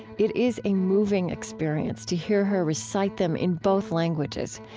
it is a moving experience to hear her recite them in both languages.